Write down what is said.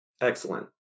Excellent